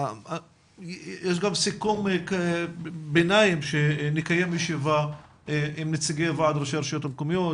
יש גם סיכום ביניים שנקיים ישיבה עם נציגי ועד ראשי הרשויות המקומיות,